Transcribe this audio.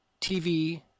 tv